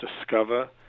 discover